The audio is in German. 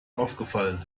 aufgefallen